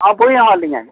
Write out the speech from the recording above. ᱦᱚᱸ ᱵᱳᱭ ᱮᱢᱟᱜ ᱞᱤᱧᱟᱹ